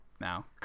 now